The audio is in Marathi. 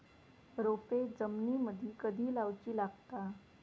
रोपे जमिनीमदि कधी लाऊची लागता?